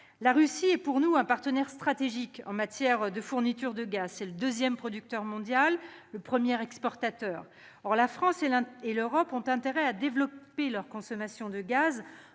La Russie est pour nous un partenaire stratégique en matière de fourniture de gaz. C'est le deuxième producteur mondial et le premier exportateur. Or la France et l'Europe ont intérêt à développer leur consommation de gaz